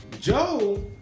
Joe